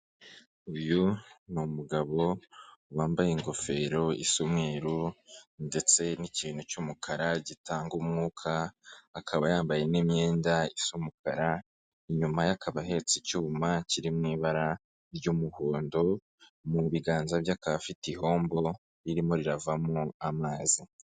Uyu ni umugabo wambaye ingofero isa umweru ndetse n'ikintu cy'umukara gitanga umwuka, akaba yambaye n'imyenda isa umukara, inyuma ye akaba ahetse icyuma kiri mu ibara ry'umuhondo, mu biganza bye akaba afite ihombo ririmo riravamo amazi.